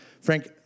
Frank